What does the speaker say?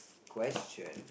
question